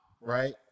right